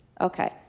Okay